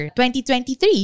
2023